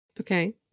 Okay